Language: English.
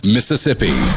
Mississippi